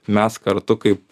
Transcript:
mes kartu kaip